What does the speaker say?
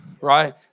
right